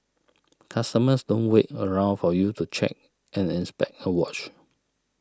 customers don't wait around for you to check and inspect a watch